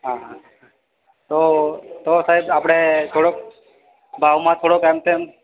હા હા તો તો સાહેબ આપડે થોડોક ભાવમાં થોડો એમ તેમ